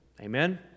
Amen